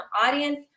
audience